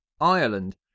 Ireland